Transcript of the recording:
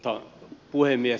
arvoisa puhemies